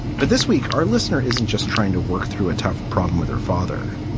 but this week, our listener isn't just trying to work through a tough problem with her father.